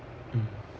mm